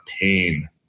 pain